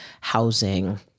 housing